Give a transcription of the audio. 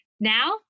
Now